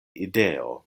ideo